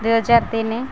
ଦୁଇହଜାର ତିନି